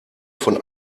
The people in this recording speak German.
von